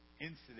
incident